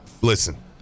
listen